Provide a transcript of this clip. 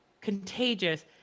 contagious